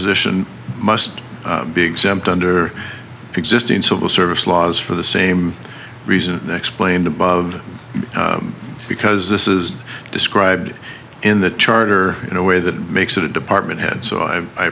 position must be exempt under existing civil service laws for the same reason explained above because this is described in the charter in a way that makes it a department head so i